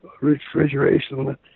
refrigeration